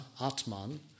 atman